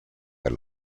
per